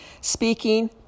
speaking